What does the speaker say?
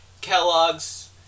Kellogg's